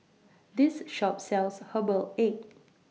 This Shop sells Herbal Egg